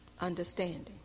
understanding